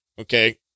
Okay